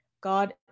God